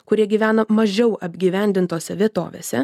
kurie gyvena mažiau apgyvendintose vietovėse